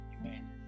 amen